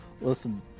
listen